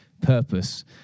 purpose